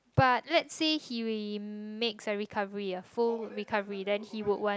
but let say he makes a recovery a full recovery then he would want